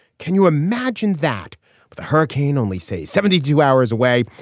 can you imagine that with a hurricane only say seventy two hours away.